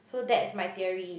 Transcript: so that's my theory